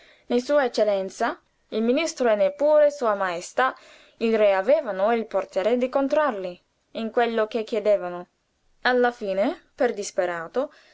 né sua eccellenza il ministro e neppure sua maestà il re avevano il potere di contentarli in quello che chiedevano alla fine per disperato